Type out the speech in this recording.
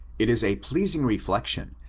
it is a pleasing reflection,